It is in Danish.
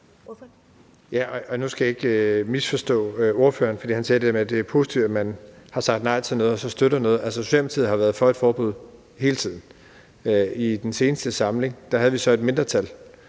Nu skal det ikke misforstås, hvad ordføreren sagde om det der med, at det er positivt, at man, når man har sagt nej til noget, senere kan støtte det. Altså, Socialdemokratiet har været for et forbud hele tiden. I den seneste samling havde vi et mindretal